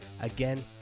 Again